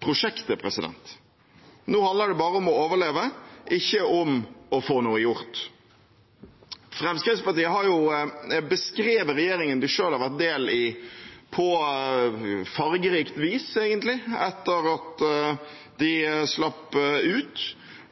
prosjektet. Nå handler det bare om å overleve, ikke om å få noe gjort. Fremskrittspartiet har beskrevet regjeringen de selv har vært en del av, på fargerikt vis, egentlig, etter at de slapp ut.